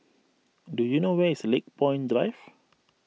do you know where is Lakepoint Drive